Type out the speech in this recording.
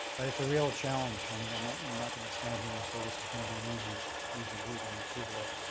but it's a real challenge. i mean i'm not not going to stand here and say this is going to be an easy easy route. i mean people that